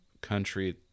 country